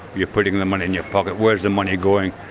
you're putting the money in your pocket, where's the money going?